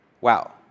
Wow